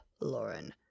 lauren